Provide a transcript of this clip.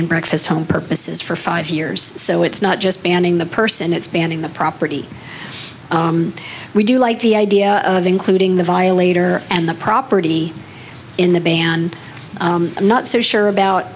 and breakfast home purposes for five years so it's not just banning the person it's banning the property we do like the idea of including the violator and the property in the band i'm not so sure about